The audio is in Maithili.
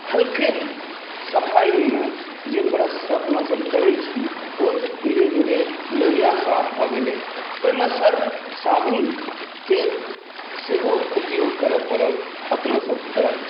हल्के सफाइमे जे ब्रशसँ अपनासभ करैत छी ओ धीरे धीरे लोहिआ साफ भऽ गेलै ओहिमे सर्फ साबुनके सेहो उपयोग करय पड़ल अपनासभकेँ